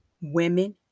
women